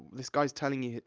this guy's telling you,